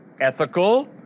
ethical